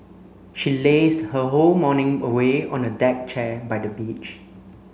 she lazed her whole morning away on a deck chair by the beach